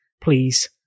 Please